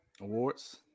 awards